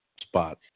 spot